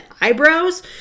eyebrows